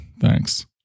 Thanks